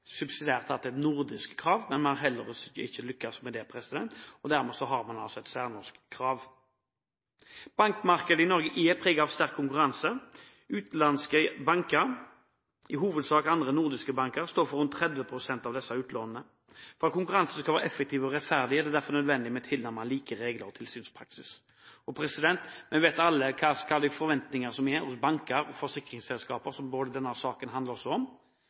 subsidiært har hatt et nordisk krav, men som man ikke har lyktes med – dermed har man et særnorsk krav. Bankmarkedet i Norge er preget av sterk konkurranse. Utenlandske banker, i hovedsak andre nordiske banker, står for rundt 30 pst. av utlånene. For at konkurransen skal være effektiv og rettferdig, er det derfor nødvendig med tilnærmet like regler og lik tilsynspraksis. Vi vet alle hvilke forventninger som er hos banker – og hos forsikringsselskaper, som denne saken også handler om